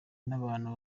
n’abantu